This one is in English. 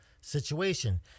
situation